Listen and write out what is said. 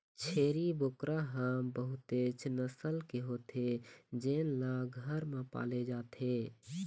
छेरी बोकरा ह बहुतेच नसल के होथे जेन ल घर म पाले जाथे